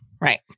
Right